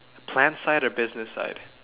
plan side or business side